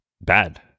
bad